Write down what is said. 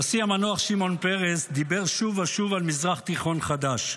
הנשיא המנוח שמעון פרס דיבר שוב ושוב על מזרח תיכון חדש.